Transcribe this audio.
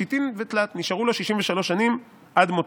שתין ותלת" נשארו לו 63 שנים עד מותו,